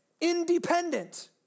independent